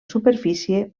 superfície